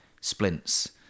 Splints